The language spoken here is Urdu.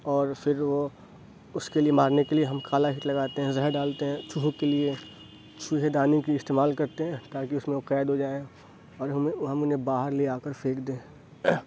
اور پھر وہ اس کے لیے مارنے کے لیے ہم کالا ہٹ لگاتے ہیں زہر ڈالتے ہیں چوہوں کے لیے چوہے دانی کا استعمال کرتے ہیں تاکہ اس میں وہ قید ہو جائیں اور ہمیں ہم انہیں باہر لے جا کر پھینک دیں